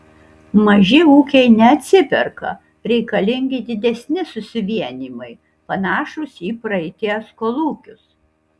maži ūkiai neatsiperka reikalingi didesni susivienijimai panašūs į praeities kolūkius